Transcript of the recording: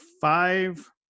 five